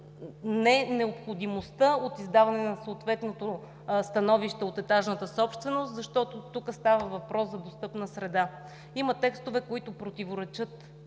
не необходимостта от издаване на съответното становище от етажната собственост, защото тук става въпрос за достъпна среда. Има текстове, които противоречат